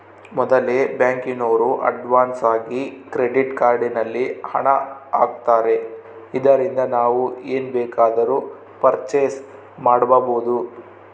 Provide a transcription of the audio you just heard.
ಮೊದಲೆ ಬ್ಯಾಂಕಿನೋರು ಅಡ್ವಾನ್ಸಾಗಿ ಕ್ರೆಡಿಟ್ ಕಾರ್ಡ್ ನಲ್ಲಿ ಹಣ ಆಗ್ತಾರೆ ಇದರಿಂದ ನಾವು ಏನ್ ಬೇಕಾದರೂ ಪರ್ಚೇಸ್ ಮಾಡ್ಬಬೊದು